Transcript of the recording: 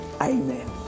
Amen